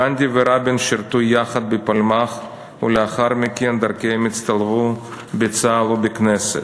גנדי ורבין שירתו יחד בפלמ"ח ולאחר מכן הצטלבו דרכיהם בצה"ל ובכנסת.